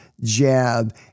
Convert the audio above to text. jab